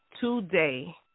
today